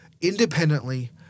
independently